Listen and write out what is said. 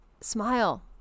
smile